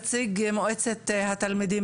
נציג מועצת התלמידים,